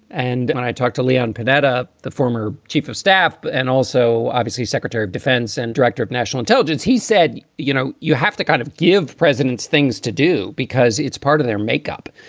and when i talked to leon panetta, the former chief of staff and also obviously secretary of defense and director of national intelligence, he said, you know, you have to kind of give presidents things to do because it's part of their makeup.